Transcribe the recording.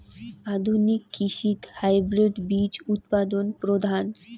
আধুনিক কৃষিত হাইব্রিড বীজ উৎপাদন প্রধান